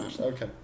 Okay